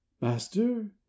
master